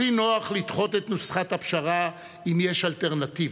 הכי נוח לדחות את נוסחת הפשרה אם יש אלטרנטיבה,